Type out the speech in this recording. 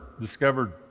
discovered